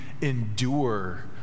endure